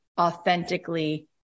authentically